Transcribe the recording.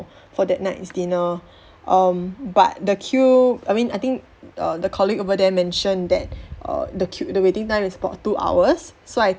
for that night's dinner um but the queue I mean I think uh the colleague over there mentioned that err the queue the waiting time is about two hours so I